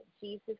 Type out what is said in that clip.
Jesus